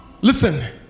listen